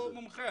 נגוסה,